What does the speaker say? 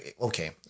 Okay